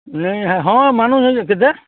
ନାଇ ହୁଏ ହଁ ମାନୁଛେ ଯେ କେତେ